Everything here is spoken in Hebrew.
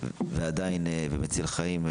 ומציל חיים,